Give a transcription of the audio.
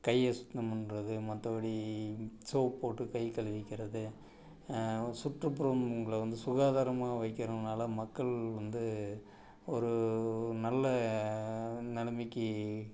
கையை சுத்தம் பண்ணுறது மற்றபடி சோப் போட்டு கை கழுவிக்கிறது சுற்றுப்புறங்களை வந்து சுகாதாரமாக வைக்கிறனால மக்கள் வந்து ஒரு நல்ல நிலமைக்கி